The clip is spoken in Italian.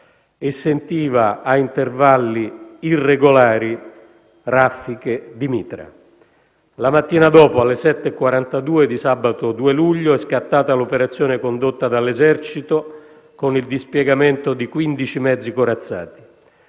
e sentiva ad intervalli irregolari raffiche di mitra. La mattina dopo, alle 7,42 di sabato 2 luglio, è scattata l'operazione condotta dall'esercito, con il dispiegamento di quindici mezzi corazzati,